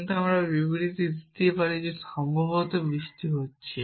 কিন্তু আমরা একটি বিবৃতি দিতে পারি যে সম্ভবত বৃষ্টি হচ্ছে